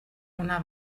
una